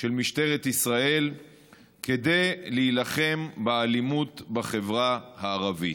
של משטרת ישראל כדי להילחם באלימות בחברה הערבית.